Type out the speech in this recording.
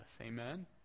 Amen